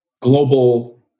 global